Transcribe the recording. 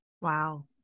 Wow